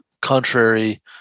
contrary